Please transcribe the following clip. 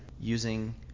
using